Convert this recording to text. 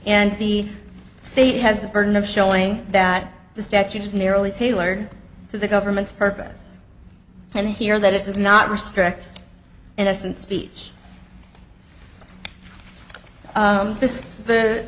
and the state has the burden of showing that the statute is narrowly tailored to the government's purpose and here that it does not restrict innocent speech this